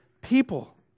people